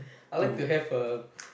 I like to have a